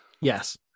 yes